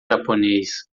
japonês